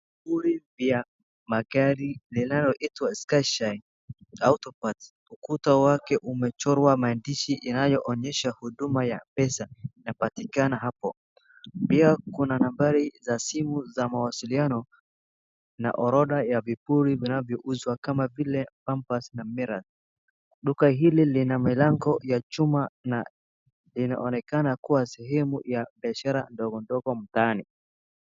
Duka linavyoviuza vipuri vya magari linaloitwa Sky Shine Auto Parts . Ukuta wake umechorwa maandishi yanayoonyesha huduma ya M-Pesa inapatikana hapo. Pia kuna nambari za simu za mawasiliano na orodha ya vipuri vinavyouzwa kama vile pampers na mirror . Duka hili lina milango ya chuma na linaonekana kuwa sehemu ya biashara ndogondogo mtaani.